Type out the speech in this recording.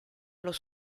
los